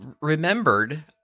remembered